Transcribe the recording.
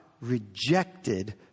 rejected